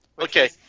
okay